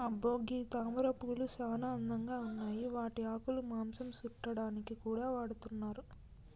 అబ్బో గీ తామరపూలు సానా అందంగా ఉన్నాయి వాటి ఆకులు మాంసం సుట్టాడానికి కూడా వాడతున్నారు